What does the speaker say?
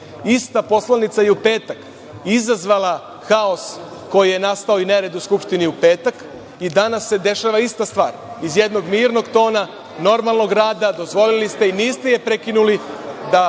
Ista poslanica je i u petak izazvala haos koji je nastao i nered u Skupštini u petak. I danas se dešava ista stvar. Iz jednog mirnog tona, normalnog rada, dozvolili ste, i niste je prekinuli da